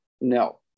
No